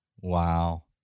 Wow